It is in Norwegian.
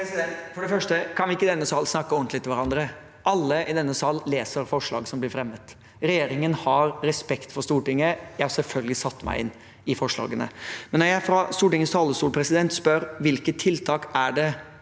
For det første: Kan vi ikke i denne sal snakke ordentlig til hverandre? Alle i denne sal leser forslag som blir fremmet. Regjeringen har respekt for Stortinget. Jeg har selvfølgelig satt meg inn i forslagene. Når jeg fra Stortingets talerstol spør om hvilke tiltak det